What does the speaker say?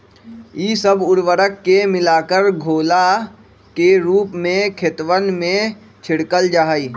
ई सब उर्वरक के मिलाकर घोला के रूप में खेतवन में छिड़कल जाहई